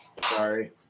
Sorry